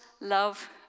love